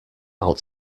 out